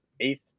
eighth